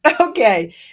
Okay